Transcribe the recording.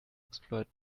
exploit